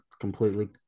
completely